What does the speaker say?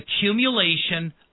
accumulation